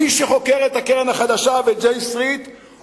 מי שחוקר את הקרן החדשה ואת J Street עושה